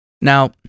Now